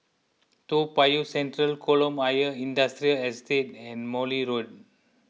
Toa Payoh Central Kolam Ayer Industrial Estate and Morley Road